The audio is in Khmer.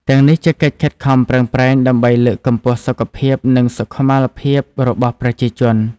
ទាំងនេះជាកិច្ចខិតខំប្រឹងប្រែងដើម្បីលើកកម្ពស់សុខភាព និងសុខុមាលភាពរបស់ ប្រជាជន។